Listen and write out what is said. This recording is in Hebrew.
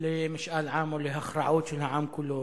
למשאל עם או להכרעות של העם כולו.